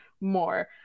more